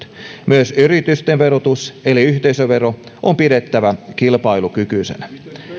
myös yritysten verotus eli yhteisövero on pidettävä kilpailukykyisenä